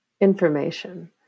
information